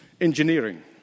Engineering